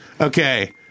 Okay